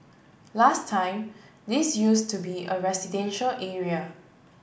last time this used to be a residential area